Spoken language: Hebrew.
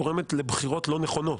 גורמת לבחירות לא נכונות.